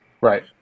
Right